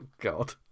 God